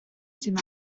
sydd